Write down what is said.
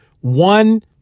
one